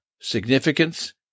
significance